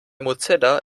mozilla